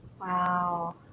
Wow